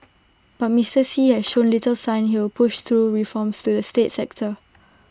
but Mister Xi has shown little sign he will push through reforms to the state sector